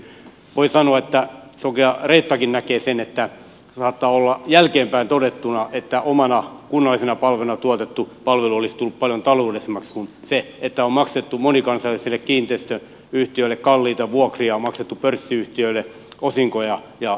voi sanoa että sokea reettakin näkee sen se saattaa olla jälkeenpäin todettuna että omana kunnallisena palveluna tuotettu palvelu olisi tullut paljon taloudellisemmaksi kuin se että on maksettu monikansallisille kiinteistöyhtiöille kalliita vuokria on maksettu pörssiyhtiöille osinkoja ja niin edelleen